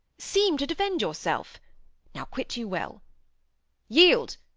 seem to defend yourself now quit you well yield!